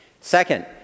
Second